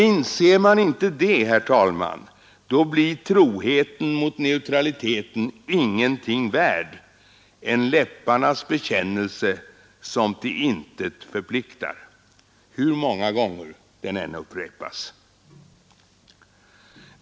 Inser man inte det, blir troheten mot neutraliteten ingenting värd, en läpparnas bekännelse som till intet förpliktar, hur många gånger den än upprepas.